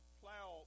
plow